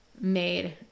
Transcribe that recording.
made